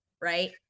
right